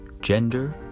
Gender